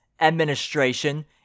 administration